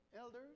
elders